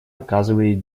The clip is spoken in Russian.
оказывает